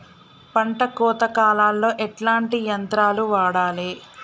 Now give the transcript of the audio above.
పంట కోత కాలాల్లో ఎట్లాంటి యంత్రాలు వాడాలే?